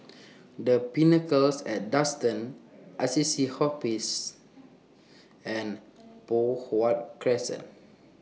The Pinnacle At Duxton Assisi Hospice and Poh Huat Crescent